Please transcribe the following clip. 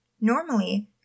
Normally